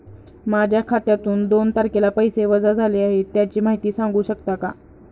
माझ्या खात्यातून दोन तारखेला पैसे वजा झाले आहेत त्याची माहिती सांगू शकता का?